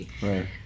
right